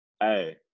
Hey